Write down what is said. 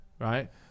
right